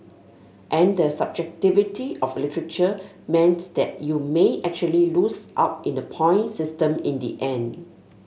and the subjectivity of literature meant that you may actually lose out in the point system in the end